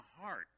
heart